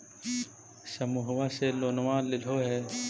समुहवा से लोनवा लेलहो हे?